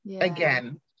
again